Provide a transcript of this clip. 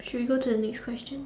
should we go to the next question